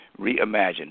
reimagine